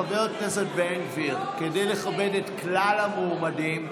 חבר הכנסת בן גביר, כדי לכבד את כלל המועמדים,